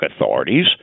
authorities